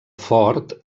fort